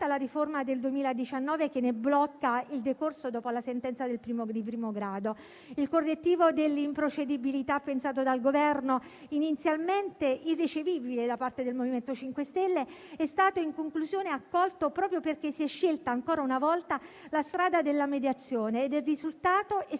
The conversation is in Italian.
la riforma del 2019, che ne blocca il decorso dopo la sentenza di primo grado. Il correttivo dell'improcedibilità, pensato dal Governo e inizialmente irricevibile da parte del MoVimento 5 Stelle, è stato in conclusione accolto, proprio perché si è scelta ancora una volta la strada della mediazione e il risultato è